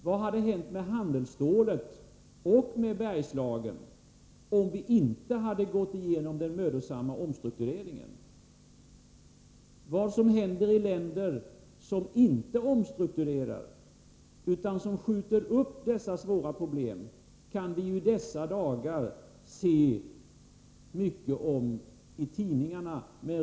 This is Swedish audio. Vad hade hänt med handelsstålet och med Bergslagen om vi inte hade gått igenom den mödosamma omstruktureringen? I dessa dagar kan vi i tidningarna läsa mycket om vad som händer i de länder där man inte omstrukturerar, där man istället skjuter problemen framför sig.